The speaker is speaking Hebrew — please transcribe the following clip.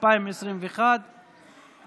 הצעת חוק זכויות נפגעי עבירה (תיקון מס'